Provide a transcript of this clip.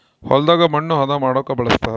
ಹೊಲದಾಗ ಮಣ್ಣು ಹದ ಮಾಡೊಕ ಬಳಸ್ತಾರ